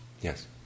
Yes